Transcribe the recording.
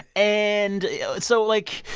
and so, like,